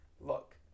look